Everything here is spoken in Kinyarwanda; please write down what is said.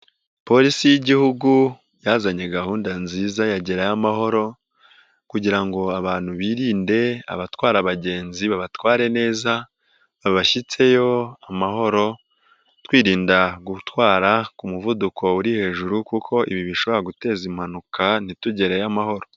Polisi y'igihugu yazanye gahunda nziza ya Gerayo Amahoro kugira ngo abantu birinde abatwara abagenzi babatware neza babashyitseyo amahoro twirinda gutwara ku muvuduko uri hejuru kuko ibi bishobora guteza impanuka ntitugereyo amahoro.